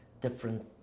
different